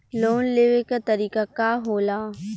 Loan लेवे क तरीकाका होला?